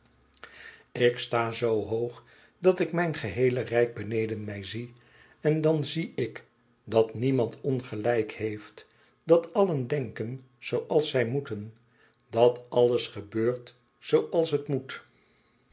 ik sta zoo hoog dat ik mijn geheele rijk beneden mij zie en dan zie ik dat niemand ongelijk heeft dat allen denken zooals zij moeten dat alles gebeurt zooals het moet